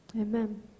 Amen